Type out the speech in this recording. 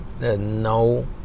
No